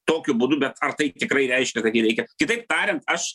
tokiu būdu bet ar tai tikrai reiškia kad jį reikia kitaip tariant aš